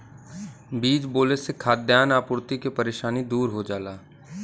बीज बोले से खाद्यान आपूर्ति के परेशानी दूर हो जाला